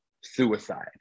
suicide